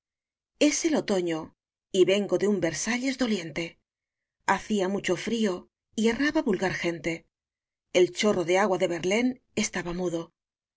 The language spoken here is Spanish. es el otoño y vengo de un versalles doliente hacia mucho frió y erraba vulgar gente el chorro de agua de verlaine estaba mudo